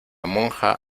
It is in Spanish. monja